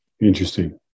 Interesting